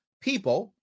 people